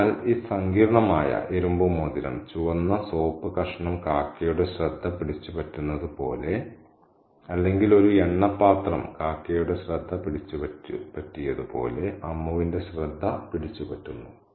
അതിനാൽ ഈ സങ്കീർണ്ണമായ ഇരുമ്പ് മോതിരം ചുവന്ന സോപ്പ് കഷണം കാക്കയുടെ ശ്രദ്ധ പിടിച്ചുപറ്റുന്നതുപോലെ അല്ലെങ്കിൽ ഒരു എണ്ണപാത്രം കാക്കയുടെ ശ്രദ്ധ പിടിച്ചുപറ്റിയതുപോലെ അമ്മുവിന്റെ ശ്രദ്ധ പിടിച്ചുപറ്റുന്നു